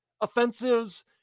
offenses